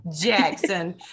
Jackson